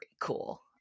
cool